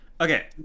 okay